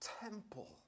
temple